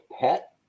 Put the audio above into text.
pet